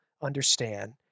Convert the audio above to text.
understand